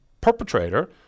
perpetrator